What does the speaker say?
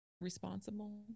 responsible